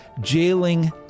jailing